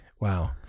wow